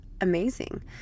amazing